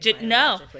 No